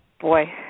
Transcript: Boy